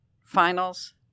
finals